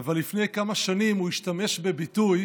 אבל לפני כמה שנים הוא השתמש בביטוי,